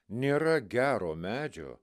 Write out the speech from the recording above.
nėra gero medžio